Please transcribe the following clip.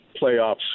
playoffs